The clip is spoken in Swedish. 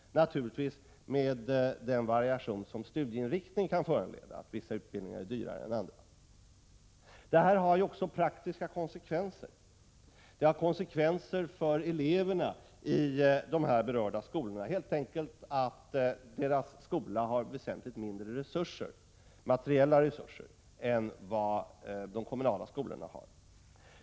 Naturligtvis skall hänsyn tas till den variation som studieinriktningen kan föranleda; vissa utbildningar är dyrare än andra. Detta får också praktiska konsekvenser för eleverna i de berörda skolorna — deras skola har väsentligt mindre materiella resurser än de kommunala skolorna har.